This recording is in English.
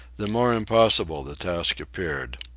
the more impossible the task appeared.